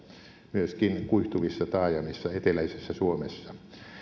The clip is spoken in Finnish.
myöskin kuihtuvissa taajamissa eteläisessä suomessa